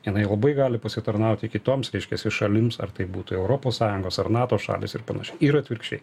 jinai labai gali pasitarnauti kitoms reiškiasi šalims ar tai būtų europos sąjungos ar nato šalys ir panašiai ir atvirkščiai